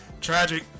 tragic